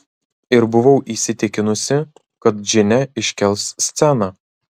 ir buvau įsitikinusi kad džine iškels sceną